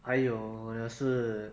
还有的是